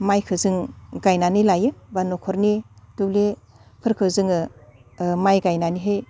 माइखो जों गायनानै लायो बा न'खरनि दुब्लिफोरखो जोङो माइ गायनानैहै